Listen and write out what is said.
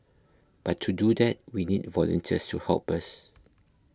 but to do that we need volunteers to help us